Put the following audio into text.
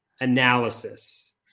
analysis